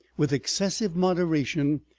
with excessive moderation,